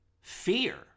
fear